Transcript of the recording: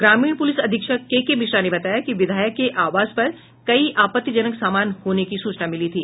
ग्रामीण पुलिस अधीक्षक K K Mishra ने बताया कि विधायक के आवास पर कई आपत्तिजनक सामान होने की सूचना मिली थी